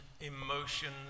emotions